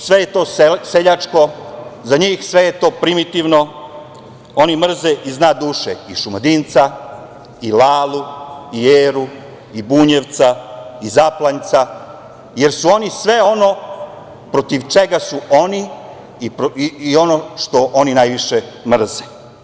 Za njih je sve to seljačko, za njih je sve to primitivno, oni mrze iz dna duše i Šumadinca i Lalu i Eru i Bunjevca i Zaplanjca, jer su oni sve ono protiv čega su oni i ono što oni najviše mrze.